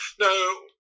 No